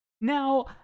Now